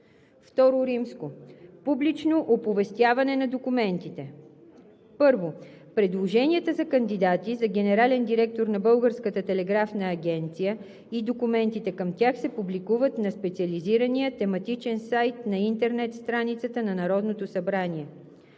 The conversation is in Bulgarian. събрание. II. Публично оповестяване на документите 1. Предложенията за кандидати за генерален директор на Българската телеграфна агенция и документите към тях се публикуват на специализирания тематичен сайт на интернет страницата на Народното събрание.